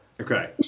Okay